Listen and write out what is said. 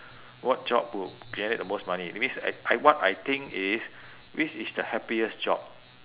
what job would generate the most money that means I I what I think is which is the happiest job